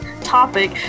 topic